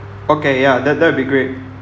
okay ya that that'd be great